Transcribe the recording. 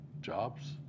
jobs